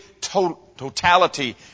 totality